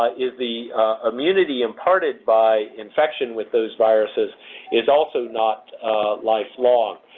ah is the immunity imparted by infection with those viruses is also not lifelong.